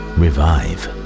revive